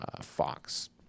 Fox